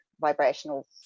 Vibrational